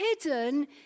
hidden